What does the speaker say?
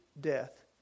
death